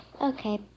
Okay